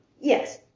Yes